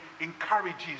encourages